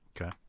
Okay